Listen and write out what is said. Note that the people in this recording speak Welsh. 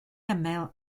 ymyl